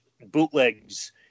bootlegs